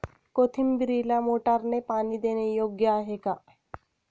कोथिंबीरीला मोटारने पाणी देणे योग्य आहे का?